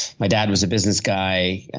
my dad was a business guy,